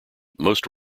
most